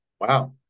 Wow